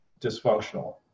dysfunctional